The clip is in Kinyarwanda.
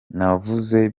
navuze